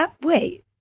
wait